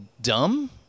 dumb